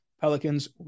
Pelicans